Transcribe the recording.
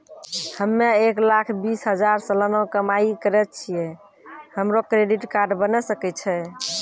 हम्मय एक लाख बीस हजार सलाना कमाई करे छियै, हमरो क्रेडिट कार्ड बने सकय छै?